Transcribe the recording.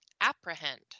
apprehend